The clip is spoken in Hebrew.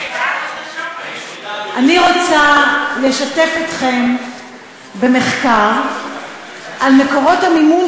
אני רוצה לשתף אתכם במחקר על מקורות המימון